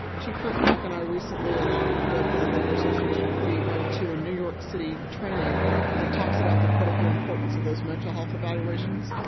chief curtin bock and i recently along with the labor association plea went to a new york city training that talks of the critical importance of those mental health evaluations,